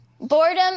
boredom